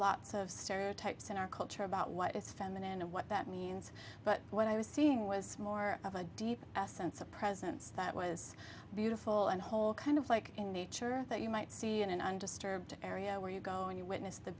lots of stereotypes in our culture about what is fair and what that means but what i was seeing was more of a deep sense of presence that was beautiful and whole kind of like in the church that you might see in an undisturbed area where you go and you witness the